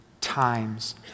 times